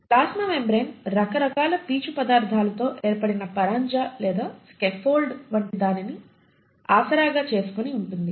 plasma membrane రకరకాల పీచు పదార్ధాలతో ఏర్పడిన పరంజా లేదా స్కేప్ఫోల్డ్ వంటి దానిని ఆసరా చేసుకుని ఉంటుంది